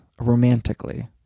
romantically